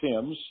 Tim's